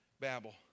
Babel